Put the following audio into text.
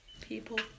people